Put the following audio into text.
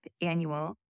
annual